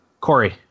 Corey